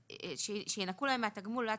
שינכו להם מהתגמול עד